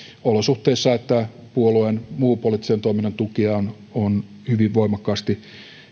olosuhteissa että puolueen muun poliittisen toiminnan tukia on on hyvin voimakkaasti